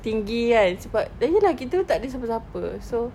tinggi kan sebab ya lah kita tak ada siapa-siapa so